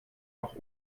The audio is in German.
auch